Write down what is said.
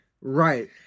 Right